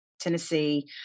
Tennessee